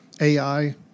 AI